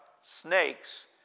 snakes